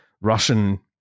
Russian